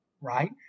Right